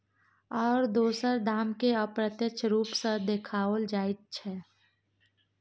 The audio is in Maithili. आओर दोसर दामकेँ अप्रत्यक्ष रूप सँ देखाओल जाइत छै